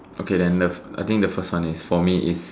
okay then the first I think the first one is for me is